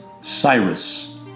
Cyrus